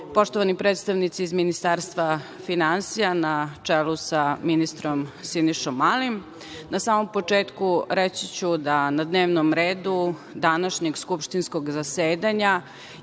poštovani predstavnici iz Ministarstva finansija na čelu sa ministrom Sinišom Malim, na samom početku reći ću da na dnevnom redu današnjeg skupštinskog zasedanja